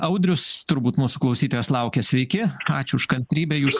audrius turbūt mūsų klausytojas laukia sveiki ačiū už kantrybę jūs